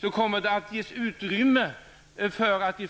Då kommer det att ges utrymme för att